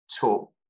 talk